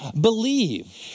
believe